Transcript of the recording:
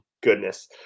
goodness